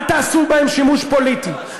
אל תעשו בהם שימוש פוליטי.